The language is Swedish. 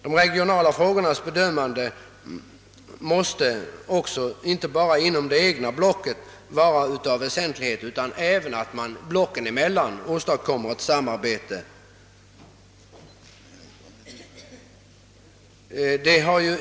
De regionala frågornas bedömande måste inte bara vara väsentligt inom det egna blocket, utan det måste också åstadkommas ett samarbete blocken emellan.